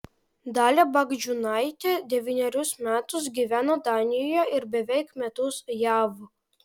dalia bagdžiūnaitė devynerius metus gyveno danijoje ir beveik metus jav